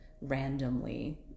randomly